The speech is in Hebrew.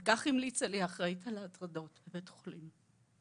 אבל כך המליצה לי האחראית על הטרדות בבית החולים.